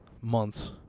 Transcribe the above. months